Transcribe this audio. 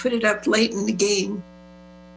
put it up late in the game